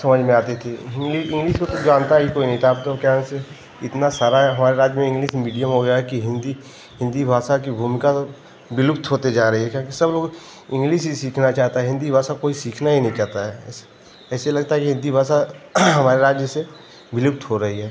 समझ में आती थी हिंगली इंग्लिस में कोई जानता ही कोई नहीं था अब तो क्या है से इतना सारा हमारे राज्य में इंग्लिस मीडियम हो गया है कि हिन्दी हिन्दी भाषा की भूमिका तो विलुप्त होती जा रही है क्योंकि सब लोग इंग्लिस ही सीखना चाहता है हिन्दी भाषा कोई सीखना ही नहीं चाहता है ऐसे ऐसे लगता है कि हिन्दी भाषा हमारे राज्य से विलुप्त हो रही है